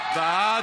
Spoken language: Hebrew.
מינית),